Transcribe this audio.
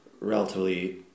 relatively